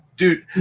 Dude